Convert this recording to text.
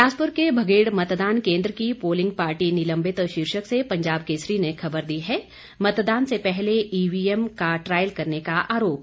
बिलासपुर के भगेड़ मतदान केंद्र की पोलिंग पार्टी निलंबित शीर्षक से पंजाब केसरी ने खबर दी है मतदान से पहले ईवीएम का ट्रायल करने का आरोप